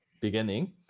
beginning